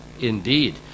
indeed